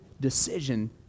decision